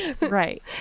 Right